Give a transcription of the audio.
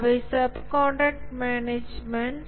அவை sub contract management